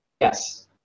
Yes